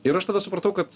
ir aš tada supratau kad